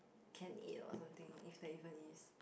can eat or something is that even is